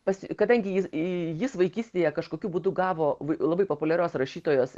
pas kadangi ji į jis vaikystėje kažkokiu būdu gavo labai populiarios rašytojos